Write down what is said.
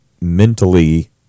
mentally